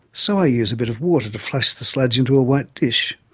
so i use a bit of water to flush the sludge into a white dish.